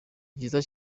byiza